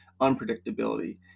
unpredictability